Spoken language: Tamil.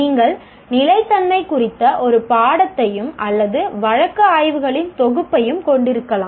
நீங்கள் நிலைத்தன்மை குறித்த ஒரு பாடத்தையும் அல்லது வழக்கு ஆய்வுகளின் தொகுப்பையும் கொண்டிருக்கலாம்